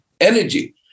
energy